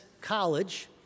college